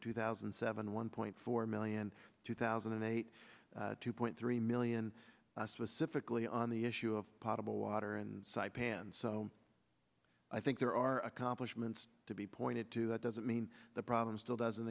two thousand and seven one point four million two thousand and eight two point three million specifically on the issue of possible water and site pan so i think there are accomplishments to be pointed to that doesn't mean the problem still doesn't